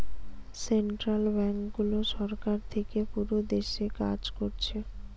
central ব্যাংকগুলো সরকার থিকে পুরো দেশে কাজ কোরছে